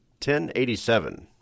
1087